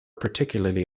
particularly